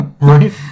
right